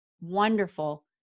wonderful